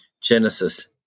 Genesis